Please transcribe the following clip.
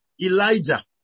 Elijah